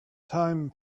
time